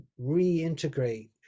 reintegrate